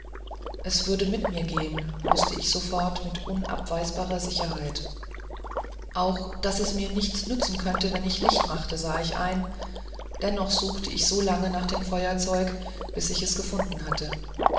es würde mit mir gehen wußte ich sofort mit unabweisbarer sicherheit auch daß es mir nichts nützen könnte wenn ich licht machte sah ich ein dennoch suchte ich so lange nach dem feuerzeug bis ich es gefunden hatte